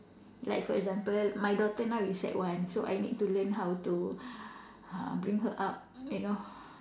like for example my daughter now is sec one so I need to learn how to uh bring her up you know